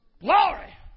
Glory